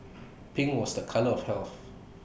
pink was the colour of health